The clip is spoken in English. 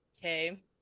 Okay